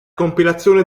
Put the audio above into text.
compilazione